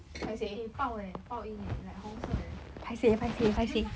eh 报 eh 报应 eh like 红色 eh